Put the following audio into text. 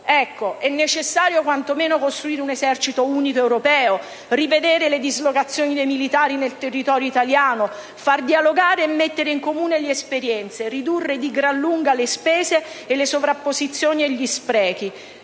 Ecco, è necessario quantomeno costruire un esercito unico europeo, rivedere le dislocazioni dei militari nel territorio italiano, far dialogare e mettere in comune le esperienze, ridurre di gran lunga le spese, le sovrapposizioni e gli sprechi;